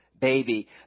baby